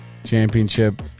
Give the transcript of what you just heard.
championship